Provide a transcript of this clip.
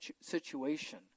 situation